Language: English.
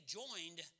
joined